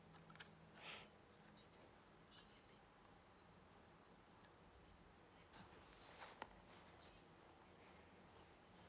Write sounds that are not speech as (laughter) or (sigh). (breath)